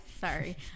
sorry